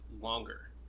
longer